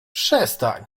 przestań